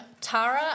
Tara